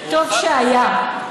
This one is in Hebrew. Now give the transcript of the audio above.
טוב שהיה.